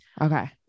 Okay